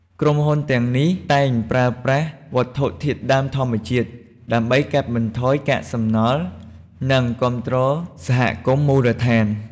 ក្រុមហ៊ុនទាំងនេះតែងប្រើប្រាស់វត្ថុធាតុដើមធម្មជាតិ ដើម្បីកាត់បន្ថយកាកសំណល់ និងគាំទ្រសហគមន៍មូលដ្ឋាន។